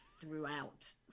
throughout